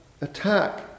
attack